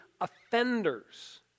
offenders